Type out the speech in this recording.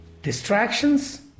distractions